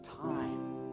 time